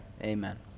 Amen